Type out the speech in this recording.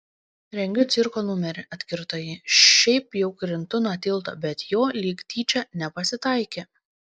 rengiu cirko numerį atkirto ji šiaip jau krintu nuo tilto bet jo lyg tyčia nepasitaikė